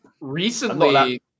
Recently